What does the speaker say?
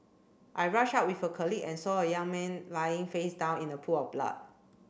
I rushed out with a colleague and saw a young man lying face down in a pool of blood